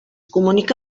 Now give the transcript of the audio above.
comunica